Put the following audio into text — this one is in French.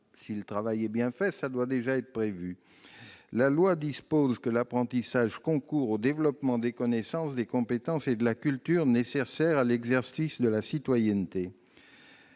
si le travail est bien fait, ce que vous proposez doit déjà être prévu. En effet, la loi dispose que l'apprentissage concourt au développement des connaissances, des compétences et de la culture nécessaires à l'exercice de la citoyenneté.